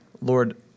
Lord